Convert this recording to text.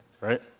Right